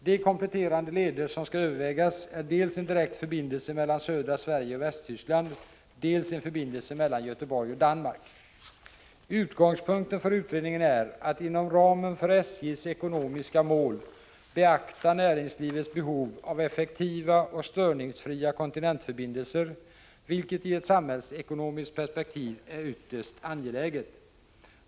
De kompletterande leder som skall övervägas är dels en direkt förbindelse mellan södra Sverige och Västtyskland, dels en förbindelse mellan Göteborg och Danmark. Utgångspunkten för utredningen är att inom ramen för SJ:s ekonomiska mål beakta näringslivets behov av effektiva och störningsfria kontinentförbindelser, vilket i ett samhällsekonomiskt perspektiv är ytterst angeläget.